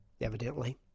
Evidently